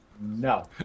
No